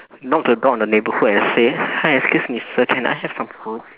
knock the door on the neighbourhood and say hi excuse me sir can I have some food